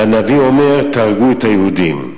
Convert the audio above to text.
והנביא אומר: תהרגו את היהודים.